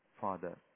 Father